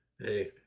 Hey